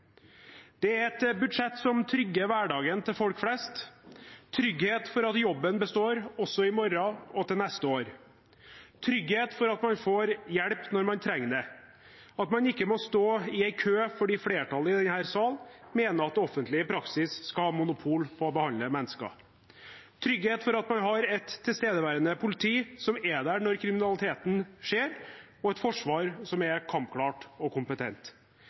Det er et budsjett som trygger hverdagen til folk flest: trygghet for at jobben består, også i morgen og til neste år, trygghet for at man får hjelp når man trenger det, at man ikke må stå i kø fordi flertallet i denne salen mener at det offentlige i praksis skal ha monopol på å behandle mennesker, trygghet for at man har et tilstedeværende politi som er der når kriminaliteten skjer, og et forsvar som er kampklart og kompetent,